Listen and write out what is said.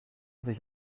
sich